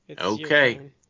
Okay